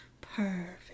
Perfect